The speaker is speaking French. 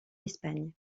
espagne